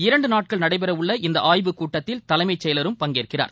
இரண்டு நாட்கள் நடைபெறவுள்ள இந்த ஆய்வக் கூட்டத்தில் தலைமைச் செயலரும் பங்கேற்கிறார்